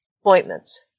appointments